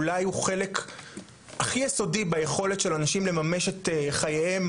אולי הוא חלק הכי יסודי ביכולת של אנשים לממש את חייהם,